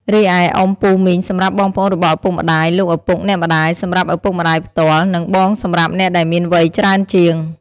រីឯ អ៊ំ/ពូ/មីង សម្រាប់បងប្អូនរបស់ឪពុកម្តាយ លោកឪពុក/អ្នកម្ដាយ សម្រាប់ឪពុកម្តាយផ្ទាល់ និងបងសម្រាប់អ្នកដែលមានវ័យច្រើនជាង។